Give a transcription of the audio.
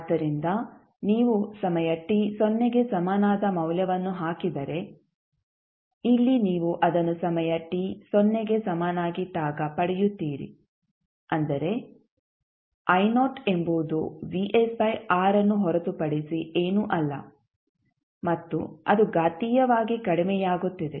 ಆದ್ದರಿಂದ ನೀವು ಸಮಯ t ಸೊನ್ನೆಗೆ ಸಮನಾದ ಮೌಲ್ಯವನ್ನು ಹಾಕಿದರೆ ಇಲ್ಲಿ ನೀವು ಅದನ್ನು ಸಮಯ t ಸೊನ್ನೆಗೆ ಸಮನಾಗಿದ್ದಾಗ ಪಡೆಯುತ್ತೀರಿ ಅಂದರೆ ಎಂಬುದು ಅನ್ನು ಹೊರತುಪಡಿಸಿ ಏನೂ ಅಲ್ಲ ಮತ್ತು ಅದು ಘಾತೀಯವಾಗಿ ಕಡಿಮೆಯಾಗುತ್ತಿದೆ